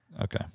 Okay